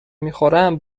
میخورم